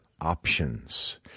options